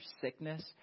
sickness